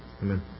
Amen